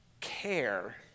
care